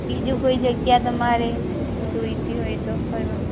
બીજું કોઈ જગ્યા તમારે જોઈતી હોય તો ફરવા